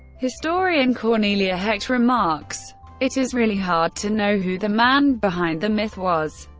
historian cornelia hecht remarks it is really hard to know who the man behind the myth was,